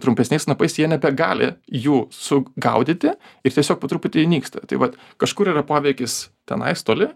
trumpesniais snapais jie nebegali jų sugaudyti ir tiesiog po truputį nyksta tai vat kažkur yra poveikis tenais toli